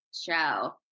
show